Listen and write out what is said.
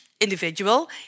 individual